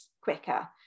quicker